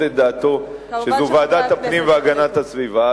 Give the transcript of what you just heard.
את דעתו שזו ועדת הפנים והגנת הסביבה.